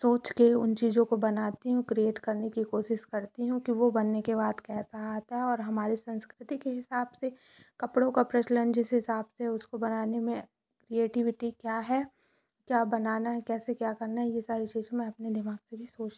सोच के उन चीज़ों को बनाती हूँ क्रिएट करने की कोशिश करती हूँ कि वो बनने के बाद कैसा आता है और हमारे संस्कृति के हिसाब से कपड़ों का प्रचलन जिस हिसाब से उसको बनाने में क्रिएटिविटी क्या है क्या बनाना है कैसे क्या करना है ये सारी चीज़ में अपने दिमाग़ से भी सोचती